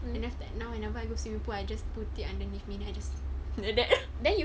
and then after that now whenever you go swimming pool I just put it underneath me then I just like that